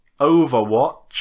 Overwatch